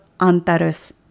Antares